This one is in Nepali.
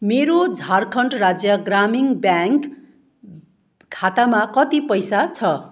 मेरो झारखण्ड राज्य ग्रामीण ब्याङ्क खातामा कति पैसा छ